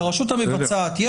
לרשות המבצעת,